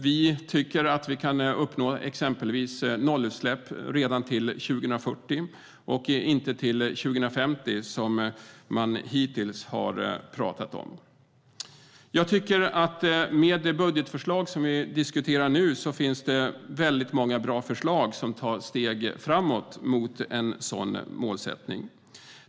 Vi tycker exempelvis att vi kan uppnå nollutsläpp redan till 2040 och inte till 2050 som man hittills har pratat om. Jag tycker att med det budgetförslag som vi diskuterar nu finns det många bra förslag som tar steg framåt mot en sådan målsättning.